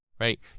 Right